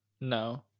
No